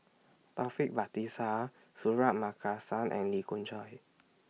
Taufik Batisah Suratman Markasan and Lee Khoon Choy